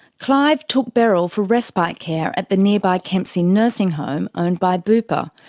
clive took beryl for respite care at the nearby kempsey nursing home owned by bupa,